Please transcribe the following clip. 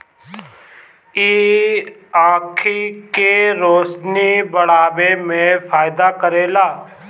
इ आंखी के रोशनी बढ़ावे में फायदा करेला